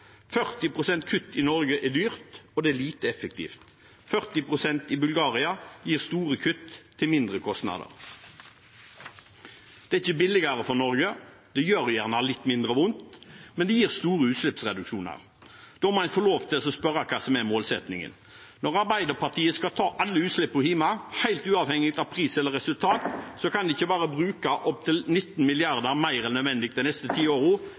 pst. kutt i Norge er dyrt, og det er lite effektivt. 40 pst. i Bulgaria gir store kutt til mindre kostnader. Det er ikke billigere for Norge, det gjør gjerne litt mindre vondt, men det gir store utslippsreduksjoner. Da må en få lov til å spørre om hva som er målsettingen. Når Arbeiderpartiet skal ta alle utslippene hjemme, helt uavhengig av pris eller resultat, kan en ikke bruke opptil 19 mrd. kr mer enn nødvendig de neste ti